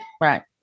right